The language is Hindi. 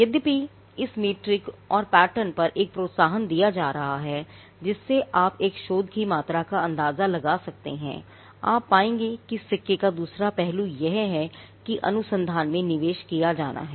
यद्यपि इस मीट्रिक और पैटर्न पर एक प्रोत्साहन दिया जा रहा है जिससे आप एक शोध की मात्रा का अंदाज़ा लगा सकते हैं आप पाएंगे कि सिक्के का दूसरा पहलू यह है कि अनुसंधान में निवेश किया जाना है